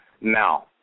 Now